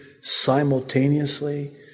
simultaneously